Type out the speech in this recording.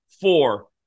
four